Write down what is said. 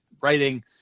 writing